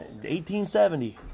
1870